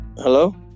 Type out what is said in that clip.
hello